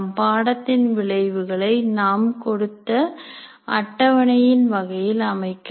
பாடத்தில் விளைவுகளை நாம் கொடுத்த அட்டவணையின் வகையின் அமைக்கலாம்